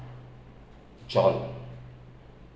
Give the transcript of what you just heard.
john